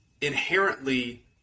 inherently